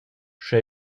sche